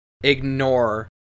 ignore